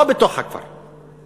לא בתוך הכפר,